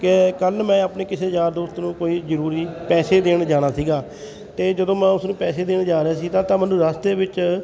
ਕਿ ਕੱਲ੍ਹ ਮੈਂ ਆਪਣੇ ਕਿਸੇ ਯਾਰ ਦੋਸਤ ਨੂੰ ਕੋਈ ਜ਼ਰੂਰੀ ਪੈਸੇ ਦੇਣ ਜਾਣਾ ਸੀਗਾ ਅਤੇ ਜਦੋਂ ਮੈਂ ਉਸਨੂੰ ਪੈਸੇ ਦੇਣ ਜਾ ਰਿਹਾ ਸੀ ਤਾਂ ਤਾਂ ਮੈਨੂੰ ਰਸਤੇ ਵਿੱਚ